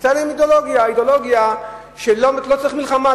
היתה להם אידיאולוגיה שלא צריך מלחמה.